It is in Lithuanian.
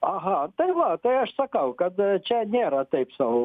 aha tai va tai aš sakau kad čia nėra taip sau